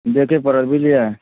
देखऽ पड़त बुझलियै